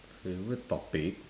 favourite topic